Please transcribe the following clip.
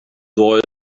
ddoe